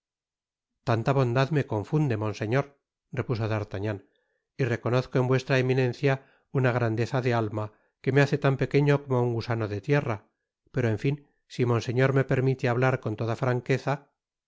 tanta bondad me confunde monseñor repuso d'artagnan y reconozco en vuestra eminencia una grandeza de alma que me hace tan pequeño como un gusano de tierra pero en fin si monseñor me permite hablar con toda franqueza